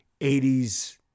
80s